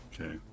Okay